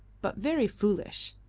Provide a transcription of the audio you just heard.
but very foolish.